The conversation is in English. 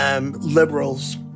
liberals